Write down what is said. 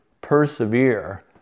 persevere